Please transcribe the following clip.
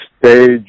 stage